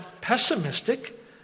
pessimistic